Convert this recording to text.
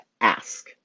ask